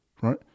right